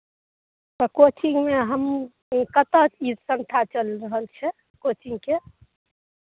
तऽ कोचिंगमे हम कतय ई संस्था चलि रहल छै कोचिंगके